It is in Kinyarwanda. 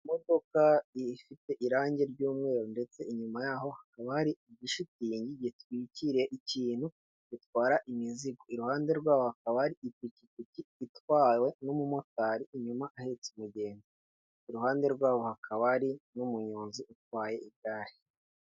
Imodoka ifite irange ry'umweru ndetse inyuma yaho hakaba igishitingi gitwikiriye ikintu gitwara imizigo, iruhande rwaho hakaba hari ipikipiki itwawe n'umumotari inyuma ahetse umugenzi, iruhande rwaho hakaba hari n'umuyonzi utwaye igare.